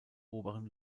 oberen